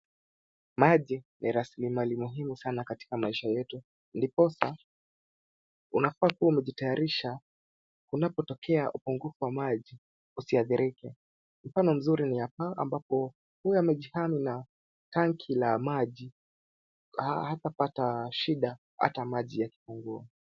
Maji ni rasilimali muhimu sana katika maisha yetu. Ndiposa unafaa kuwa umejitayarisha kunapotokea upungufu wa maji usiadhirike. Mfano mzuri ni hapa, ambapo huyu amejihami na tanki ya maji, na hatapata shida hata maji yakipungua.